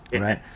right